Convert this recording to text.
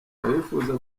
abifuza